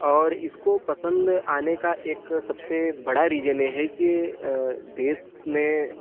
और इसको पसंद आने का एक सबसे बड़ा रीजन ये है कि अ देश में